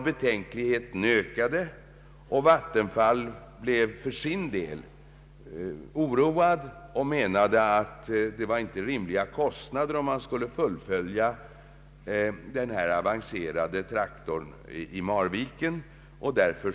Betänkligheterna ökade som sagt, och Vattenfall blev för sin del oroat och menade att det innebar orimliga kostnader att fullfölja projektet med den avancerade reaktorn i Marviken.